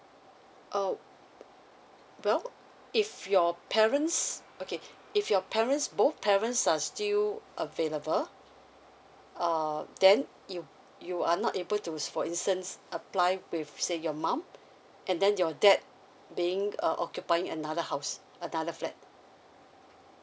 uh well if your parents okay if your parents both parents are still available err then you you are not able to use for instance apply with say your mum and then your dad being uh occupying another house another flat